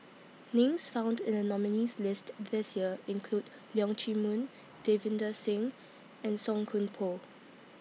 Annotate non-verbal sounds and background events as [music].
Names found in The nominees' list This Year include Leong Chee Mun [noise] Davinder Singh and Song Koon Poh